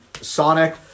Sonic